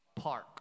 park